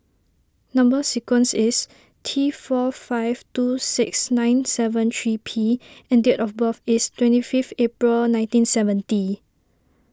Number Sequence is T four five two six nine seven three P and date of birth is twenty fifth April nineteen seventy